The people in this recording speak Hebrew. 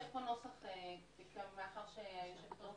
יש פה נוסח, מאחר שהיושבת ראש